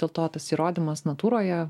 dėl to tas įrodymas natūroje